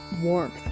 warmth